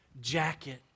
jacket